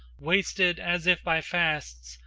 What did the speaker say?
wasted, as if by fasts,